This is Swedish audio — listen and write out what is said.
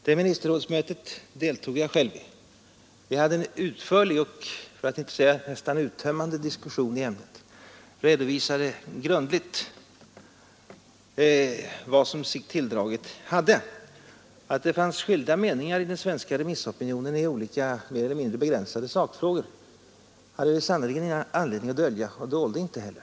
Jag deltog själv i detta ministerrådsmöte. Vi hade en utförlig, för att inte säga nästan uttömmande diskussion i ämnet. Vi redovisade grundligt vad sig tilldragit hade. Att det fanns skilda meningar i den svenska remissopinionen i olika, mer eller mindre begränsade sakfrågor hade vi sannerligen ingen anledning att dölja och dolde inte heller.